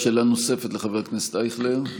שאלה נוספת לחבר הכנסת אייכלר.